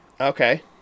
Okay